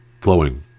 flowing